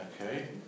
Okay